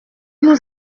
nous